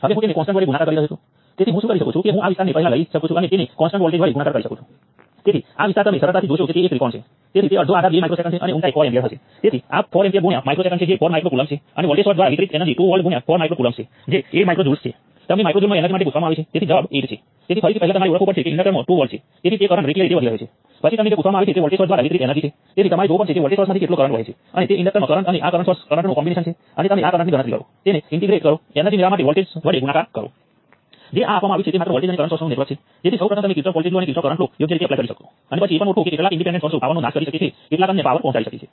હવે જ્યારે મારી પાસે કન્ડકટન્સ છે દેખીતી રીતે તે નોડ્સ ઉપર કુલ કન્ડકટન્સ જેમાં હું કન્ડકટન્સ ઉમેરું છું તે બદલાશે આ કિસ્સામાં નોડ્સ 1 અને 3 જ્યાં મેં કન્ડકટન્સ ઉમેર્યું છે તેથી આ નોડ્સ ઉપર કુલ કન્ડકટન્સ બદલાશે